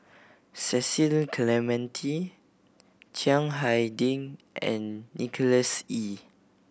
Cecil Clementi Chiang Hai Ding and Nicholas Ee